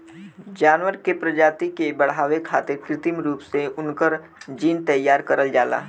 जानवर के प्रजाति के बढ़ावे खारित कृत्रिम रूप से उनकर जीन तैयार करल जाला